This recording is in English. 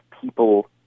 people